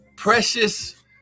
Precious